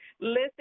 listen